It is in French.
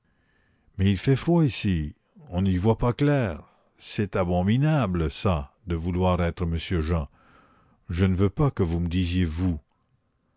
mais il fait froid ici on n'y voit pas clair c'est abominable ça de vouloir être monsieur jean je ne veux pas que vous me disiez vous